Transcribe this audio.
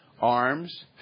arms